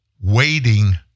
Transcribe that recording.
waiting